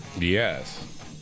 Yes